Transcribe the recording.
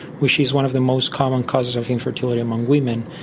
which is one of the most common causes of infertility among women.